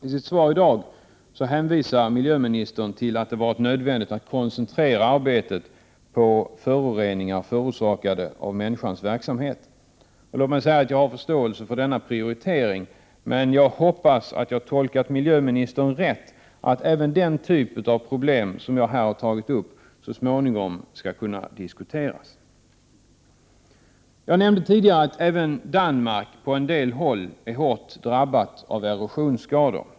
I sitt svar i dag hänvisar miljöministern till att det varit nödvändigt att koncentrera arbetet på föroreningar förorsakade av människans verksamhet. Jag har förståelse för denna prioritering, men hoppas att jag tolkat miljöministern rätt, att även den typ av problem som jag här tagit upp så småningom kommer att diskuteras. Jag nämnde tidigare att även Danmark på en del håll är hårt drabbat av erosionsskador.